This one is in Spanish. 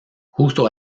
justo